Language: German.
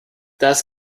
das